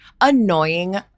annoying